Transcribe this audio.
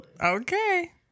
Okay